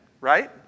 right